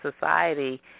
society